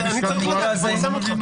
אני צריך לדעת איפה אני שם אותך.